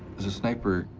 as a sniper,